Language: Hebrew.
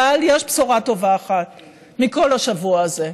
אבל, יש בשורה טובה אחת מכל השבוע הזה: